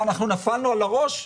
נפלנו על הראש?